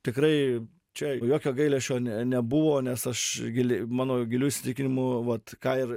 tikrai čia jokio gailesčio ne nebuvo nes aš giliai mano giliu įsitikinimu vat ką ir